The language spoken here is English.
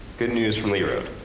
good news from lee road.